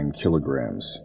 kilograms